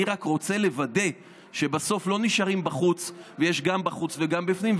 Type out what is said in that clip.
אני רק רוצה לוודא שבסוף לא נשארים בחוץ ויש גם בחוץ וגם בפנים,